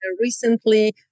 recently